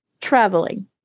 traveling